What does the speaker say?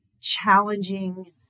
challenging